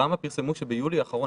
ראמ"ה פרסמו שביולי האחרון